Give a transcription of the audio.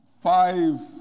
Five